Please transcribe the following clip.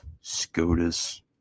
SCOTUS